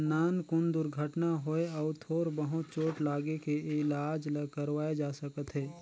नानमुन दुरघटना होए अउ थोर बहुत चोट लागे के इलाज ल करवाए जा सकत हे